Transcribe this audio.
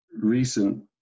recent